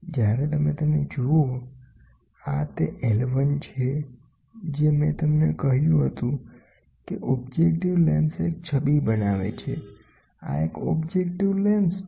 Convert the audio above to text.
જ્યારે તમે તેનેજુઓ આ તે I1 છે જે મેં તમને કહ્યું હતું કે ઓબજેક્ટિવ લેન્સ એક છબી બનાવે છે આ એક ઓબજેક્ટિવ લેન્સ છે